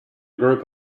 group